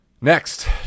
Next